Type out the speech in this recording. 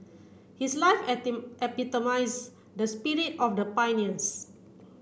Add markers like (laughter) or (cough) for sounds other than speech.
his life (unintelligible) epitomize the spirit of the pioneers